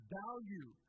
value